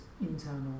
internal